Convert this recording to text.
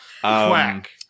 Quack